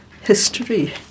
history